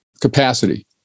capacity